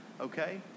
okay